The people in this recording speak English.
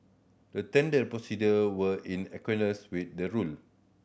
the tender procedure were in with the rule